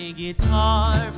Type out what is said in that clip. guitar